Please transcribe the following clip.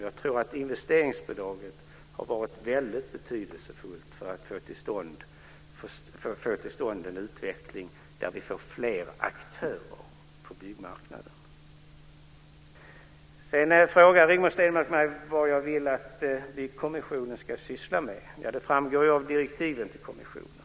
Jag tror att investeringsbidraget har varit väldigt betydelsefullt för att få till stånd en utveckling där vi får fler aktörer på byggmarknaden. Rigmor Stenmark frågade mig vad jag vill att byggkommissionen ska syssla med. Ja, det framgår ju av direktiven till kommissionen.